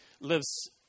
lives